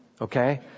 okay